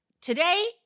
Today